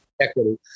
equity